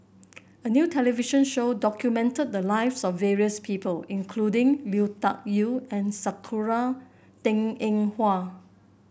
a new television show documented the lives of various people including Lui Tuck Yew and Sakura Teng Ying Hua